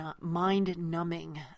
mind-numbing